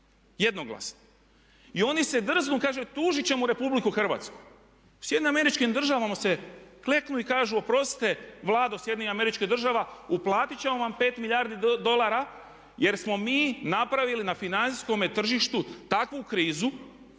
jednoglasno. I oni se drznu, kažu tužiti ćemo Republiku Hrvatsku. U SAD-u se kleknu i kažu oprostite vlado SAD-a, uplatiti ćemo vam 5 milijardi dolara jer smo mi napravili na financijskome tržištu takvu krizu